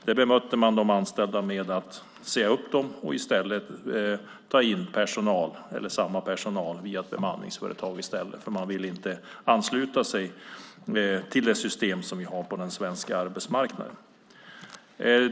Där bemötte man de anställda med att säga upp dem och i stället ta in samma personal via ett bemanningsföretag, för man ville inte ansluta sig till det system som vi har på den svenska arbetsmarknaden.